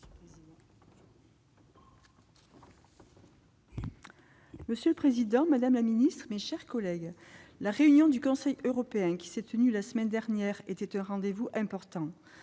Monsieur le président, madame la secrétaire d'État, mes chers collègues, le Conseil européen qui s'est tenu la semaine dernière était un rendez-vous important.